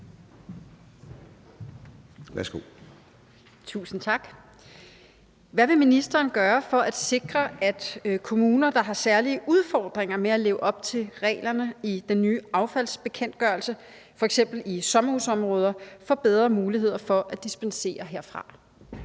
Tusind tak. Hvad vil ministeren gøre for at sikre, at kommuner, der har særlige udfordringer med at leve op til reglerne i den nye affaldsbekendtgørelse, f.eks. i sommerhusområder, får bedre muligheder for at få dispensation herfra?